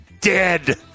Dead